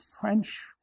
French